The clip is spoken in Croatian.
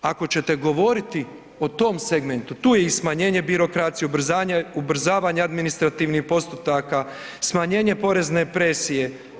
Ako ćete govoriti o tom segmentu tu je i smanjenje birokracije, ubrzavanje administrativnih postupaka, smanjenje porezne presije.